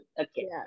Okay